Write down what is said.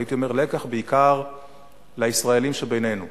הייתי אומר לקח בעיקר לישראלים שבינינו.